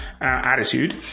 attitude